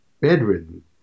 bedridden